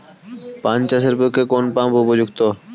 পান চাষের পক্ষে কোন পাম্প উপযুক্ত?